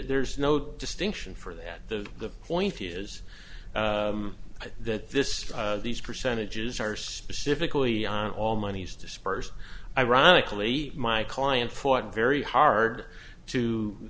there's no distinction for that the point is that this these percentages are specifically on all monies dispersed ironically my client fought very hard to